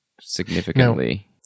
significantly